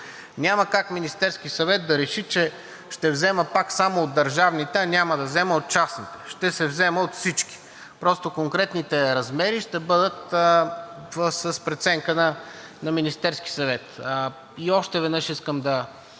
Няма как Министерският съвет да реши, че ще взема пак само от държавните, а няма да взема от частните – ще се взема от всички. Просто конкретните размери ще бъдат с преценка на Министерския съвет. И още веднъж искам да